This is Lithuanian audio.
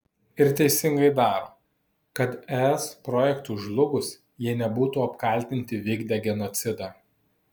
ir teisingai daro kad es projektui žlugus jie nebūtų apkaltinti vykdę genocidą